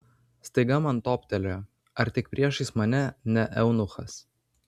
staiga man toptelėjo ar tik priešais mane ne eunuchas